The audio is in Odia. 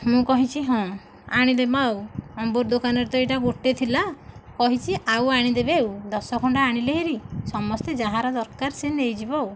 ମୁଁ କହିଛି ହଁ ଆଣିଦେବା ଆଉ ଅମ୍ବର ଦୋକାନରେ ତ ଏଇଟା ଗୋଟିଏ ଥିଲା କହିଛି ଆଉ ଆଣିଦେବେ ଆଉ ଦଶ ଖଣ୍ଡ ଆଣିଲେ ହେରି ସମସ୍ତେ ଯାହାର ଦରକାର ସେ ନେଇଯିବ ଆଉ